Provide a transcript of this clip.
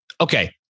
okay